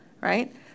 right